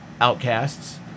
outcasts